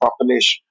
population